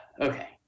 okay